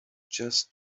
just